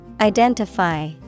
Identify